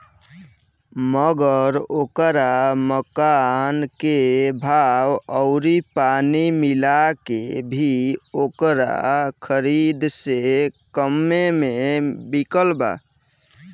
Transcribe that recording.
मगर ओकरा मकान के भाव अउरी पानी मिला के भी ओकरा खरीद से कम्मे मे बिकल बा